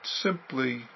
simply